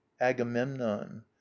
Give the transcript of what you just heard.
agamemnon